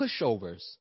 pushovers